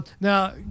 Now